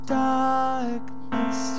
darkness